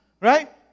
right